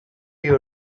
you